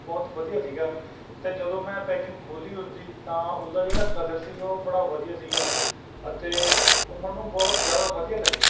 ਬਹੁਤ ਵਧੀਆ ਸੀਗਾ ਅਤੇ ਜਦੋਂ ਮੈਂ ਪੈਕਿੰਗ ਖੋਲ੍ਹੀ ਉਸਦੀ ਤਾਂ ਉਸਦਾ ਜਿਹੜਾ ਕਲਰ ਸੀਗਾ ਉਹ ਬੜਾ ਵਧੀਆ ਸੀਗਾ ਅਤੇ ਉਹ ਮੈਨੂੰ ਬਹੁਤ ਜ਼ਿਆਦਾ ਵਧੀਆ ਲੱਗਿਆ